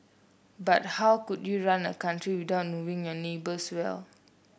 but how could you run a country without knowing your neighbours well